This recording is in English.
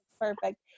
perfect